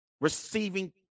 receiving